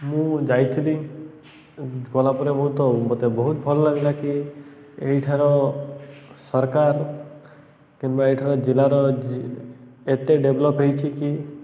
ମୁଁ ଯାଇଥିଲି ଗଲାପରେ ବହୁତ ମୋତେ ବହୁତ ଭଲ ଲାଗିଲା କି ଏଇଠାର ସରକାର କିମ୍ବା ଏଇଠାର ଜିଲ୍ଲାର ଏତେ ଡେଭଲପ୍ ହେଇଛି କି